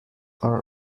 are